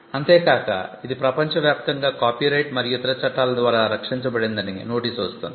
అంతే కాక ఇది ప్రపంచవ్యాప్తంగా కాపీరైట్ మరియు ఇతర చట్టాల ద్వారా రక్షించబడిందని నోటీసు వస్తోంది